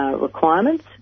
requirements